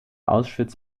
auschwitz